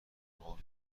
قول